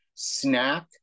snack